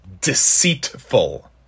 deceitful